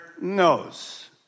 knows